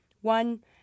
One